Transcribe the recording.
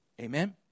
Amen